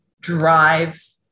drive